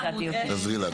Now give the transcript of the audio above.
תעזרי לה.